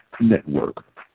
Network